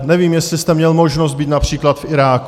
Nevím, jestli jste měl možnost být například v Iráku.